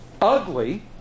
ugly